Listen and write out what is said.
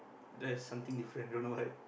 there's something different don't know what